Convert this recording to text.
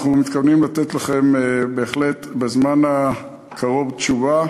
אנחנו מתכוונים לתת לכם בהחלט בזמן הקרוב תשובה.